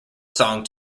song